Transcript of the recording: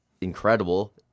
incredible